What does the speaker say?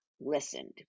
listened